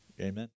Amen